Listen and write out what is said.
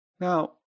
Now